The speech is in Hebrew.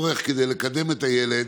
כדי לקדם את הילד.